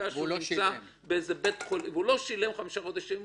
הוא לא שילם חמישה חודשים,